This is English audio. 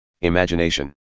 imagination